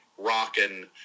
rocking